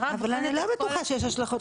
אבל אני לא בטוחה שיש השלכות,